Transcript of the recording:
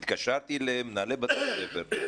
התקשרתי למנהלי בתי ספר,